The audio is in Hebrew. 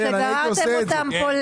כי זה מלחיץ אותנו.